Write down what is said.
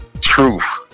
Truth